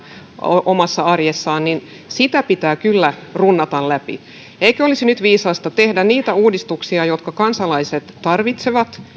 omassa arjessaan sitä pitää kyllä runnata läpi eikö olisi nyt viisasta tehdä niitä uudistuksia jotka kansalaiset tarvitsevat